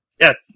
Yes